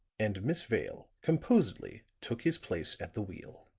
and miss vale composedly took his place at the wheel.